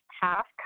half